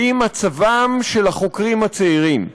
והיא מצבם של החוקרים הצעירים,